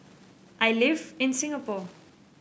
I live in Singapore